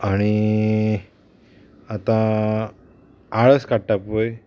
आणी आतां आळस काडटा पय